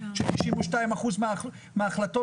שהם השאירו שני אחוזים מההחלטות,